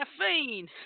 caffeine